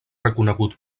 reconegut